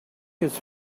his